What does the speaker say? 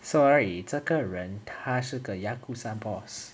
sorry 这个人他是个 yakuza boss